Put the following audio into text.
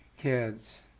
kids